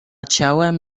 ciałem